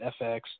fx